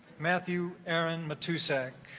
matthew aaron matusik